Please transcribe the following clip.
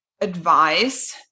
advice